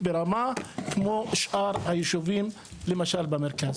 ברמה כמו שנותנים בשאר היישובים במרכז,